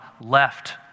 left